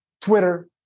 Twitter